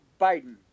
Biden